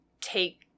take